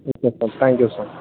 okay sir thank you sir